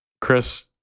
Chris